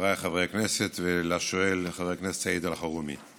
חבריי חברי הכנסת והשואל חבר הכנסת סעיד אלחרומי,